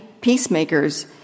peacemakers